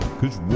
cause